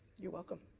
you're welcome.